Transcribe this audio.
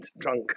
drunk